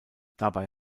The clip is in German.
dabei